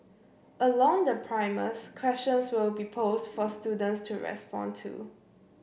along the primers questions will be posed for students to respond to